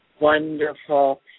Wonderful